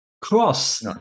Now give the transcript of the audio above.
Cross